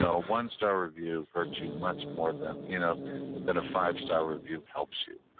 a one-star review hurts you much more than you know than a five-star review helps you.